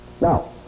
Now